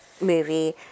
movie